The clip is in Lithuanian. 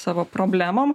savo problemom